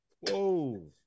Whoa